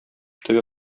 теге